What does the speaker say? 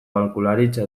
aholkularitza